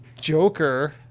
Joker